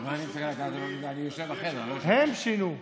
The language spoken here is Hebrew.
הם שינו.